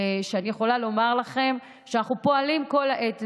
אני יכולה לומר לכם שאנחנו פועלים כל העת,